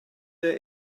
der